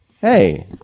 Hey